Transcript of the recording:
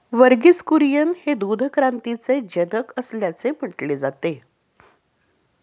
वर्गीस कुरियन हे दूध क्रांतीचे जनक असल्याचे म्हटले जाते